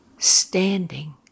standing